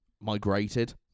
migrated